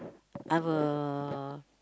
I'm a